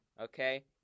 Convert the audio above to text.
okay